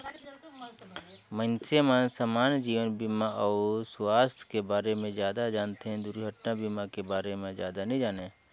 मइनसे मन समान्य जीवन बीमा अउ सुवास्थ के बारे मे जादा जानथें, दुरघटना बीमा के बारे मे जादा नी जानें